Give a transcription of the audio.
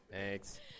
Thanks